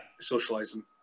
socializing